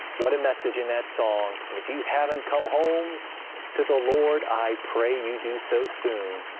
what a message in that song. and if you haven't come home to the lord, i pray you do so soon.